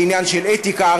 זה עניין של אתיקה.